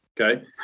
Okay